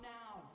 now